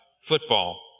football